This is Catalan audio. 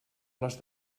les